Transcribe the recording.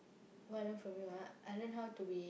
what I learn from you ah I learn how to be